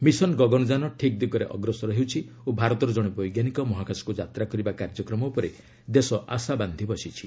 mission Gaganyaan ଠିକ୍ ଦିଗରେ ଅଗ୍ରସର ହେଉଛି ଓ ଭାରତର ଜଣେ ବୈଜ୍ଞାନିକ ମହାକାଶକୁ ଯାତ୍ରା କରିବା କାର୍ଯ୍ୟକ୍ରମ ଉପରେ ଦେଶ ଆଶା ବାନ୍ଧି ବସିଛି